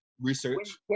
Research